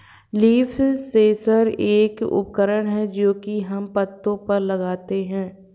leaf sensor एक उपकरण है जो की हम पत्तो पर लगाते है